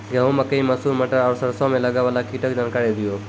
गेहूँ, मकई, मसूर, मटर आर सरसों मे लागै वाला कीटक जानकरी दियो?